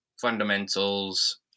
fundamentals